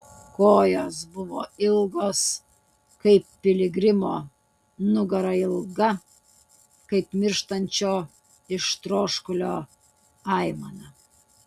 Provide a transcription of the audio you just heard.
kojos buvo ilgos kaip piligrimo nugara ilga kaip mirštančio iš troškulio aimana